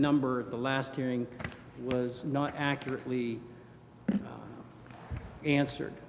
number at the last hearing was not accurately answered